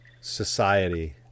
society